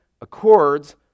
accords